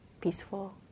peaceful